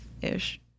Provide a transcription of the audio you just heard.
ish